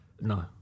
No